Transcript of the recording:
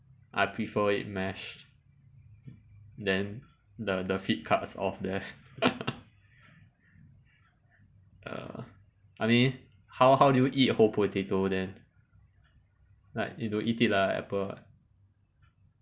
I prefer it mashed then the the feed cuts off there err I mean how how do you eat a whole potato then like you don't eat it like a apple [what]